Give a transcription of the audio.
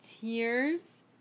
tears